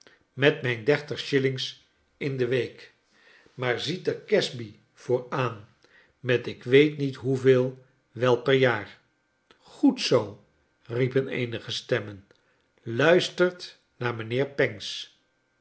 mel mijn dertig shillings in de week maai ziet er casby voor aan met ik weet niet hoeveel wel per jaar goed zoo riepen eenige stemmen luistert naar mijnheer pancks